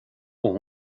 och